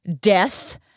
death